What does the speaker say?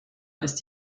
ist